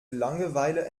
langeweile